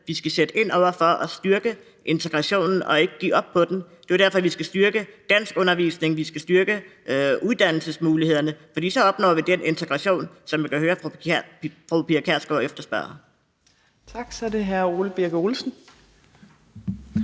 vi skal sætte ind over for, og vi skal styrke integrationen og ikke give op over for den. Det er jo derfor, vi skal styrke danskundervisningen, vi skal styrke uddannelsesmulighederne, for så opnår vi den integration, som jeg kan høre fru Pia Kjærsgaard efterspørger. Kl. 12:07 Fjerde næstformand